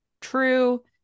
true